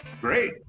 great